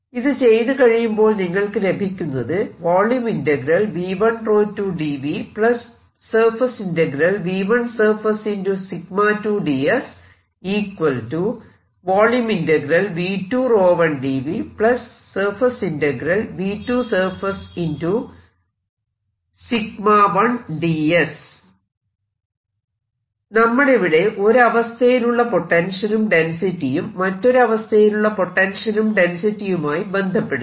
ഇത് ചെയ്തു കഴിയുമ്പോൾ നിങ്ങൾക്ക് ലഭിക്കുന്നത് നമ്മളിവിടെ ഒരു അവസ്ഥയിലുള്ള പൊട്ടൻഷ്യലും ഡെൻസിറ്റിയും മറ്റൊരു അവസ്ഥയിലുള്ള പൊട്ടൻഷ്യലും ഡെൻസിറ്റിയുമായി ബന്ധപ്പെടുത്തി